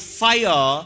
fire